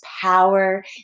power